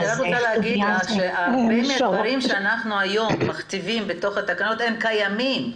רבים מן הדברים שאנחנו מכתיבים היום בתוך התקנות כבר קיימים.